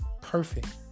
perfect